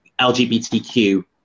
LGBTQ